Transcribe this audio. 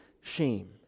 shame